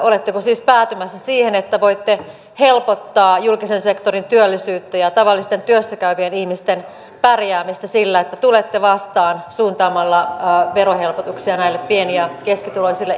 oletteko siis päätymässä siihen että voitte helpottaa julkisen sektorin työllisyyttä ja tavallisten työssä käyvien ihmisten pärjäämistä sillä että tulette vastaan suuntaamalla verohelpotuksia näille pieni ja keskituloisille ihmisille